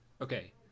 Okay